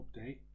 update